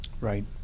Right